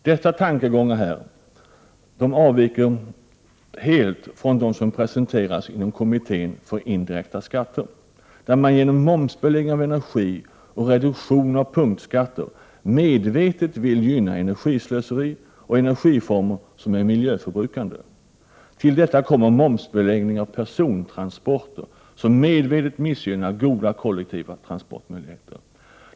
Detta är tankegångar som helt avviker från dem som presenteras inom kommittén för indirekta skatter, där man genom momsbeläggning av energi och reduktion av punktskatter medvetet vill gynna energislöseri och energiformer som är miljöförbrukande. Till detta kommer momsbeläggningen av persontransporter, som medvetet missgynnar goda kollektiva transportalternativ.